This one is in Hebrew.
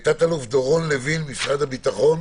תת אלוף דורון לוין, משרד הביטחון.